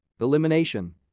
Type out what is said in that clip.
elimination